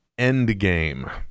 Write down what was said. Endgame